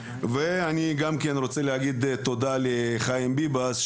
ואני גם רוצה להגיד תודה לחיים ביבס,